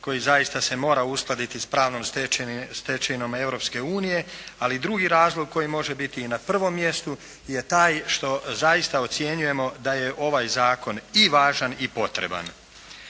koji zaista se mora uskladiti s pravnom stečevinom Europske unije, ali drugi razlog koji može biti i na pravom mjestu je taj što zaista ocjenjujemo da je ovaj zakon i važan i potreban.